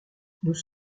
nous